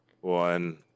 one